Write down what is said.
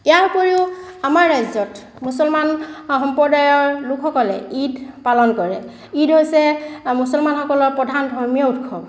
ইয়াৰ উপৰিও আমাৰ ৰাজ্যত মুছলমান সম্প্ৰদায়ৰ লোকসকলে ঈদ পালন কৰে ঈদ হৈছে মুছলমানসকলৰ প্ৰধান ধৰ্মীয় উৎসৱ